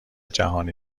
جهانی